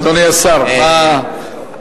אדוני השר,